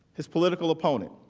his political opponent